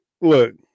look